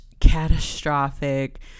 catastrophic